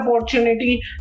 opportunity